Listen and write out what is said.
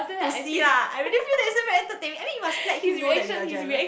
to see lah I really feel that this one very entertaining and then must let him know that you are jealous